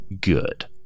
good